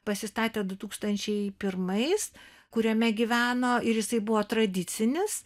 pasistatė du tūkstančiai pirmais kuriame gyveno ir jisai buvo tradicinis